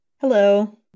Hello